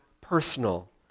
personal